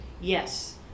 Yes